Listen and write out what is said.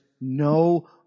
no